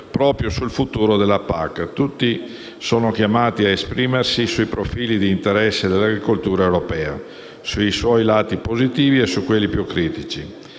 proprio sul futuro della PAC: tutti sono chiamati a esprimersi sui profili di interesse dell'agricoltura europea, sui suoi lati positivi e su quelli più critici.